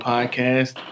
Podcast